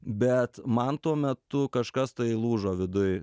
bet man tuo metu kažkas tai lūžo viduj